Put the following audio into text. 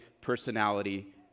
personality